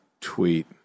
tweet